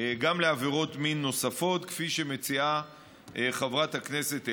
לעבירות מין נוספות, כפי שמציעה חברת הכנסת אלהרר,